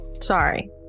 sorry